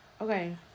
Okay